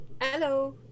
Hello